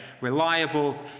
reliable